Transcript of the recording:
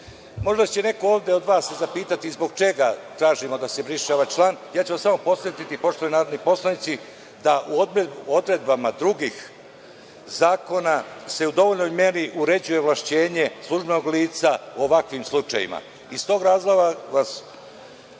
će se neko ovde od vas zapitati zbog čega tražimo da se briše ovaj član. Podsetiću vas, poštovani narodni poslanici, da u odredbama drugih zakona se u dovoljnoj meri uređuje ovlašćenje službenog lica u ovakvim slučajevima. Iz tog razloga vas